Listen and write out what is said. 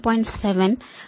కాబట్టి 387